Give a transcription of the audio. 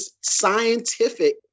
scientific